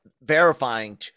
verifying